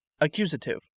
Accusative